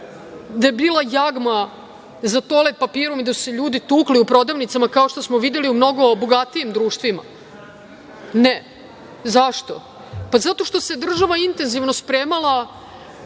da je bila jagma za toalet papirom i da su se ljudi tukli u prodavnicama, kao što smo videli u mnogo bogatijim društvima? Ne. Zašto? Zato što se država intenzivno spremala